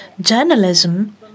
journalism